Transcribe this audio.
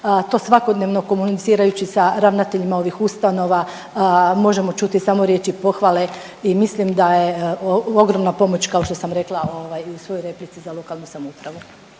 to svakodnevno komunicirajući sa ravnateljima ovih ustanova možemo čuti samo riječi pohvale i mislim da je ogromna pomoć kao što sam rekla ovaj u svojoj replici za lokalnu samoupravu.